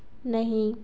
नहीं